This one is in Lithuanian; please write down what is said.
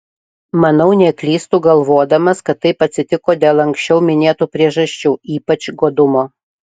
manau neklystu galvodamas kad taip atsitiko dėl anksčiau minėtų priežasčių ypač godumo